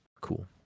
cool